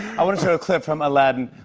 i want to show a clip from aladdin.